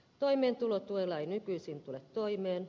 toimeentulotuella ei nykyisin tule toimeen